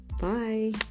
Bye